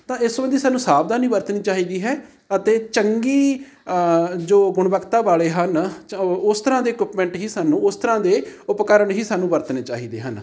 ਤਾਂ ਇਸ ਸੰਬੰਧੀ ਸਾਨੂੰ ਸਾਵਧਾਨੀ ਵਰਤਣੀ ਚਾਹੀਦੀ ਹੈ ਅਤੇ ਚੰਗੀ ਜੋ ਗੁਣਵਕਤਾ ਵਾਲੇ ਹਨ ਜਾਂ ਉਸ ਤਰ੍ਹਾਂ ਦੇ ਇਕੁਮੈਂਟ ਹੀ ਸਾਨੂੰ ਉਸ ਤਰ੍ਹਾਂ ਦੇ ਉਪਕਰਨ ਹੀ ਸਾਨੂੰ ਵਰਤਣੇ ਚਾਹੀਦੇ ਹਨ